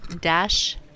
Dash